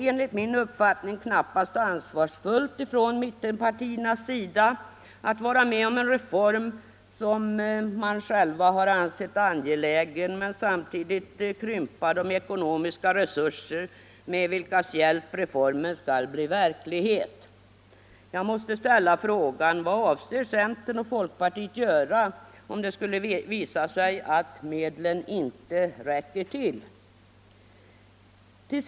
Enligt min uppfattning är det knappast ansvarsfullt av mittenpartierna att vara med om en reform som man själv har ansett angelägen men samtidigt krympa de ekonomiska resurser med vilkas hjälp reformen skall bli verklighet. Jag måste ställa frågan: Vad avser centern och folkpartiet göra om det skulle visa sig att medlen inte räcker till?